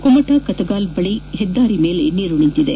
ಕುಮಟ ಕತಗಾಲ್ ಬಳಿ ಹೆದ್ದಾರಿ ಮೇಲೆ ನೀರು ನಿಂತಿದೆ